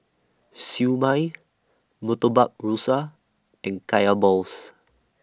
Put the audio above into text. Siew Mai Murtabak Rusa and Kaya Balls